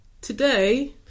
Today